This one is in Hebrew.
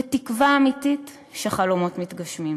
ותקווה אמיתית שחלומות מתגשמים.